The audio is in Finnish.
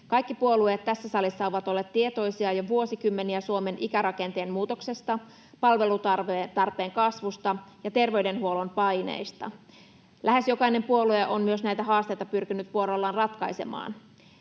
Kaikki puolueet tässä salissa ovat olleet tietoisia jo vuosikymmeniä Suomen ikärakenteen muutoksesta, palvelutarpeen kasvusta ja terveydenhuollon paineista. Lähes jokainen puolue on myös näitä haasteita pyrkinyt vuorollaan ratkaisemaan,